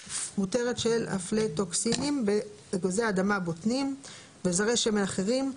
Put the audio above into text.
מותרת של אפלוטוקסינים באגוזי אדמה (בוטנים) וזרעי שמן אחרים,